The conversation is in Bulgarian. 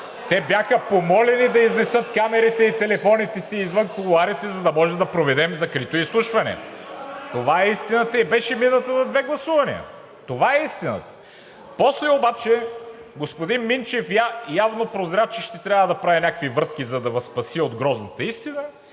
Те бяха помолени да изнесат камерите и телефоните си извън кулоарите, за да може да проведем закрито изслушване. Това е истината и беше мината на две гласувания. Това е истината! После обаче господин Минчев явно прозря, че ще трябва да прави някакви врътки, за да Ви спаси от грозната истина